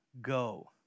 go